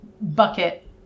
bucket